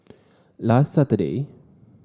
last Saturday